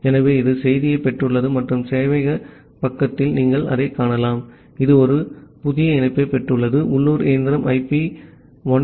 ஆகவே இது செய்தியைப் பெற்றுள்ளது மற்றும் சேவையக பக்கத்தில் நீங்கள் அதைக் காணலாம் இது ஒரு புதிய இணைப்பைப் பெற்றுள்ளது உள்ளூர் இயந்திரம் ஐபி 127